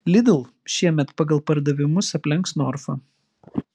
lidl šiemet pagal pardavimus aplenks norfą